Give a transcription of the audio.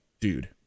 dude